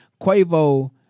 Quavo